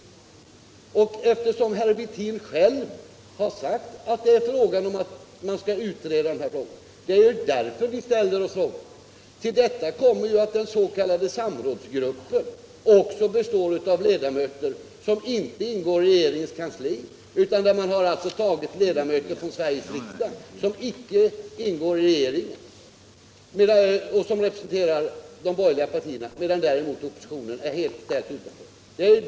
Det är för att herr Wirtén själv har sagt att dessa frågor skall utredas som vi ställer oss litet undrande. Till detta kommer att den s.k. samrådsgruppen också består av ledamöter som inte ingår i regeringens kansli. Man har tagit ledamöter från Sveriges riksdag som representerar de borgerliga partierna medan däremot oppositionen är ställd utanför.